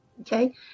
okay